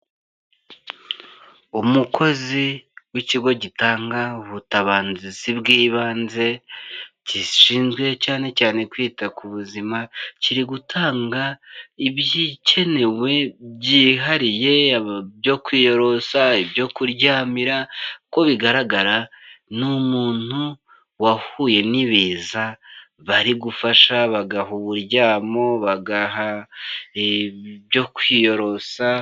Umukozi w'ikigo gitanga ubutabazi bw'ibanze gishinzwe cyane cyane kwita ku buzima kiri gutanga ibikenewe byihariye byo kwiyorosa, ibyo kuryamira, uko bigaragara n'umuntu wahuye n'ibiza bari gufasha bagaha uburyamo, bagaha ibyo kwiyorosa.